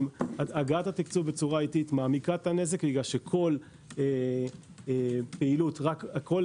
הגעת התקצוב בצורה איטית מעמיקה את הנזק מכיוון שאנחנו מגיעים לכל